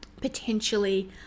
potentially